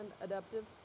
adaptive